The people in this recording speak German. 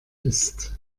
ist